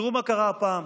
תראו מה קרה הפעם: